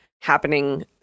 happening